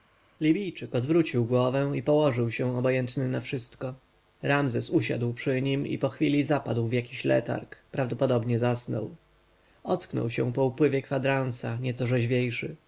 i szczęśliwy libijczyk odwrócił głowę i położył się obojętny na wszystko ramzes usiadł przy nim i po chwili zapadł w jakiś letarg prawdopodobnie zasnął ocknął się po upływie kwadransa nieco rzeźwiejszy spojrzał